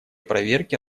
проверки